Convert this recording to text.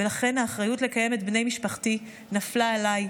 ולכן האחריות לקיים את בני משפחתי נפלה עליי,